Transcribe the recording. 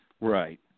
Right